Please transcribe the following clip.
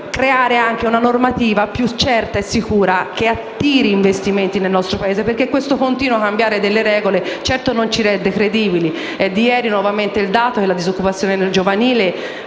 creare una normativa più certa e sicura che attiri investimenti nel nostro Paese, perché questo continuo cambiare delle regole certamente non ci rende credibili. È di ieri, nuovamente, il dato secondo cui la disoccupazione giovanile